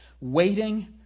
waiting